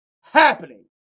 happening